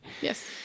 Yes